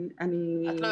אני לא